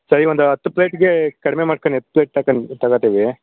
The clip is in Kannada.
ಸರಿ ಒಂದು ಹತ್ತು ಪ್ಲೇಟಿಗೆ ಕಡಿಮೆ ಮಾಡ್ಕಣಿ ಹತ್ತು ಪ್ಲೇಟ್ ತಗನ್ ತಗೋತೀವಿ